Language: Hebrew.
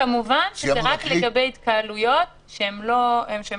כמובן שזה רק לגבי התקהלויות שאין